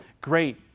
great